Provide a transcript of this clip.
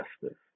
justice